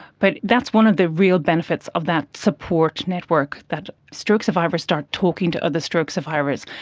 but that's one of the real benefits of that support network, that stroke survivors start talking to other stroke survivors.